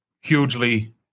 hugely